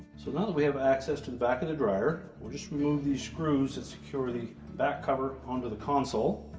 so that we have access to the back of the dryer, we'll just remove these screws that secure the back cover onto the console.